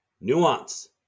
Nuance